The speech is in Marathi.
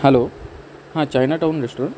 हॅलो हां चायना टाउन रेस्टॉरंट